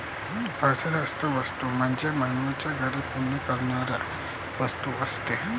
अर्थशास्त्रात वस्तू म्हणजे मानवाच्या गरजा पूर्ण करणाऱ्या वस्तू असतात